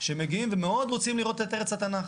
שמגיעים ומאוד רוצים לראות את ארץ התנ"ך.